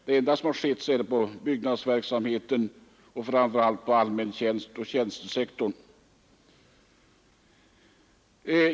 Det enda som har skett gäller byggnadsverksamheten och framför allt allmän förvaltning och offentlig tjänst.